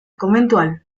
conventual